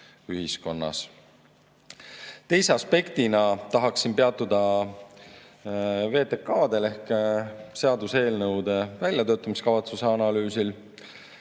aspektina tahaksin peatuda VTK‑del ehk seaduseelnõude väljatöötamiskavatsuste analüüsil.